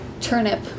Turnip